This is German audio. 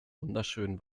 wunderschön